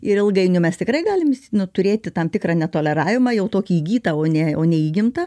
ir ilgainiui mes tikrai galim nu turėti tam tikrą netoleravimą jau tokį įgytą o ne o ne įgimtą